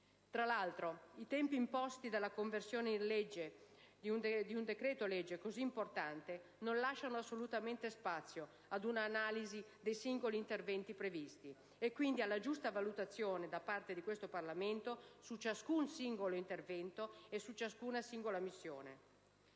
Tra l'altro, i tempi imposti dalla conversione in legge di un decreto-legge così importante non lasciano assolutamente spazio ad un'analisi dei singoli interventi previsti, e quindi alla giusta valutazione da parte di questo Parlamento su ciascun singolo intervento e su ciascuna singola missione.